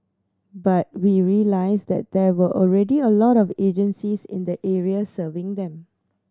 but we realised that there were already a lot of agencies in the area serving them